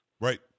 right